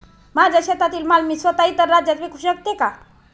माझ्या शेतातील माल मी स्वत: इतर राज्यात विकू शकते का?